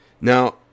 Now